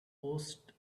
post